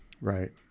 Right